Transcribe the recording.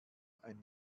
ein